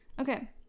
Okay